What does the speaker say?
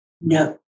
no